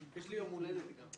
יש לי יום הולדת גם.